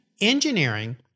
engineering